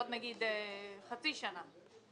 עוד נגיד חצי שנה,